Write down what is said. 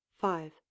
five